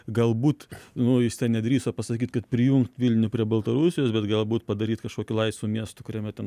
galbūt nu jie ten nedrįso pasakyt kad prijungt vilnių prie baltarusijos bet galbūt padaryt kažkokiu laisvu miestu kuriame ten